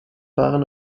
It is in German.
waren